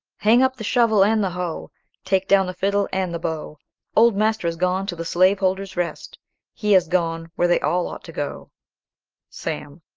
hang up the shovel and the hoe take down the fiddle and the bow old master has gone to the slaveholder's rest he has gone where they all ought to go sam.